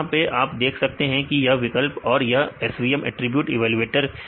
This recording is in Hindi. यहां पर आप देख सकते हैं कि यह विकल्प है और यह SVM अटरीब्यूट इवेलुएटर